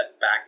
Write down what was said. back